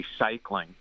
recycling